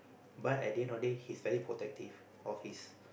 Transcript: but at the end of the day he's very protective of his